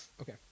Okay